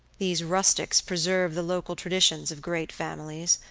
these rustics preserve the local traditions of great families,